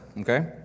okay